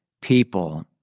people